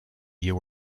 you